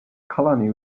colony